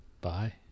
Bye